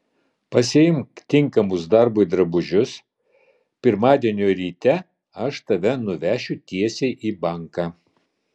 pasiimk tinkamus darbui drabužius pirmadienio ryte aš tave nuvešiu tiesiai į banką